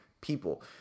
people